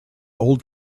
old